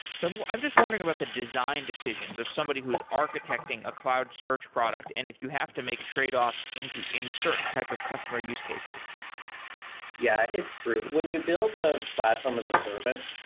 so i'm just wondering about the design decisions of somebody who is architecting a cloud search product and if you have to make trade-offs into in certain type of customer use cases yeah, it's true. when you build the ah platform as a service,